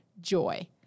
Joy